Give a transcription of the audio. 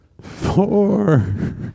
Four